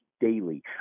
daily